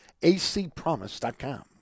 acpromise.com